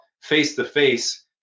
face-to-face